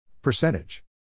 Percentage